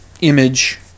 image